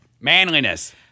manliness